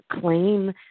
claim